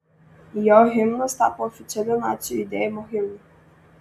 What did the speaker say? jo himnas tapo oficialiu nacių judėjimo himnu